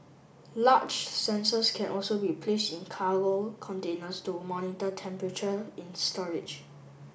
large sensors can also be placed in cargo containers to monitor temperature in storage